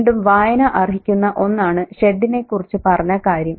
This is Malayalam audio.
വീണ്ടും വായന അർഹിക്കുന്ന ഒന്നാണ് ഷെഡിനെക്കുറിച്ച് പറഞ്ഞ കാര്യം